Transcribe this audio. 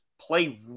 play